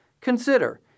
Consider